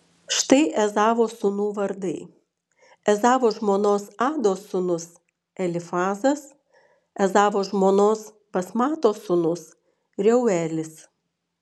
štai ezavo sūnų vardai ezavo žmonos ados sūnus elifazas ezavo žmonos basmatos sūnus reuelis